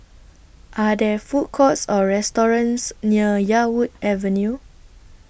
Are There Food Courts Or restaurants near Yarwood Avenue